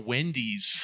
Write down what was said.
Wendy's